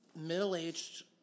middle-aged